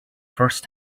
first